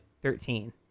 Thirteen